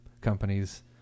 companies